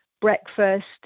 breakfast